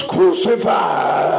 Crucified